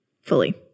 fully